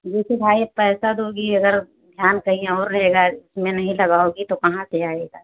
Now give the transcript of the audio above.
जैसे भाई पैसा दोगी अगर ध्यान कही और रहेगा इसमे नहीं लगाओगी तो कहाँ से आएगा